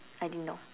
I didn't know